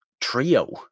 trio